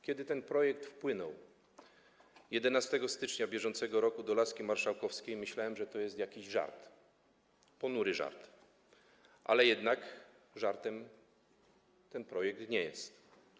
Kiedy ten projekt wpłynął 11 stycznia br. do laski marszałkowskiej, myślałem, że to jest jakiś żart, ponury żart, ale jednak żartem ten projekt nie jest.